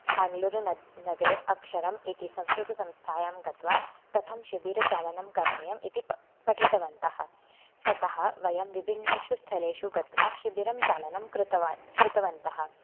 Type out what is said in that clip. बेङ्ग्लूरु नद् नगरे अक्षरम् इति संस्कृतसंस्थायां गत्वा कथं शिबिरचालनं करणीयम् इति पठितवन्तः ततः वयं विभिन्नेषु स्थलेषु गत्वा शिबिरं चालनं कृतवान् कृतवन्तः